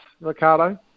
Ricardo